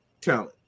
talent